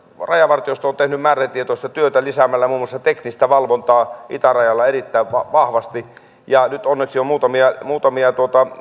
rajavartiosto on tehnyt määrätietoista työtä lisäämällä muun muassa teknistä valvontaa itärajalla erittäin vahvasti nyt onneksi on muutamia